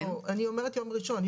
אני אומרת יום ראשון,